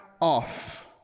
off